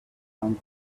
found